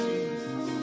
Jesus